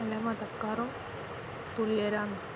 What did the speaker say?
എല്ലാ മതക്കാരും തുല്യരാണ്